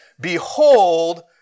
behold